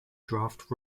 draft